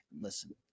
listen